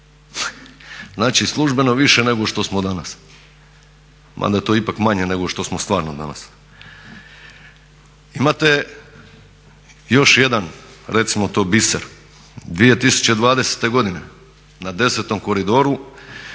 Znači službeno više nego što smo danas, mada je to ipak manje nego što smo stvarno danas. Imate još jedan recimo to biser, 2020.na 10. Koridoru